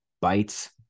bites